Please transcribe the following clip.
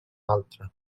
altra